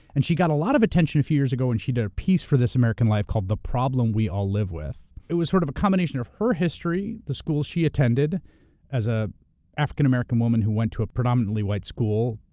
and she got a lot of attention a few years ago when she did a piece for this american life called the problem we all live with. it was sort of a combination of her history, the schools she attended as a african-american woman who went to a predominantly white school,